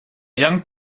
young